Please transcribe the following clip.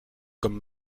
comme